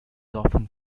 often